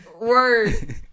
Word